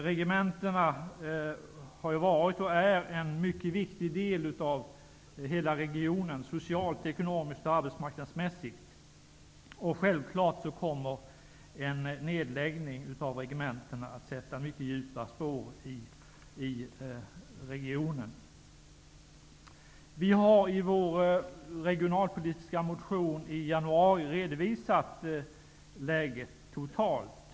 Regementena har varit, och är fortfarande, socialt, ekonomiskt och arbetsmarknadsmässigt mycket viktiga för hela regionen. Självfallet kommer en nedläggning av regementena att sätta mycket djupa spår i regionen. I vår regionalpolitiska motion, som lades fram i januari, redovisas läget totalt sett.